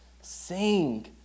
Sing